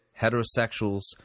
heterosexuals